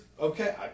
okay